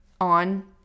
on